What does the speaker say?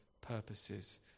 purposes